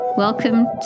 Welcome